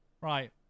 right